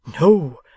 No